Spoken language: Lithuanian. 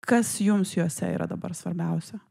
kas jums juose yra dabar svarbiausia